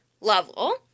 level